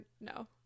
no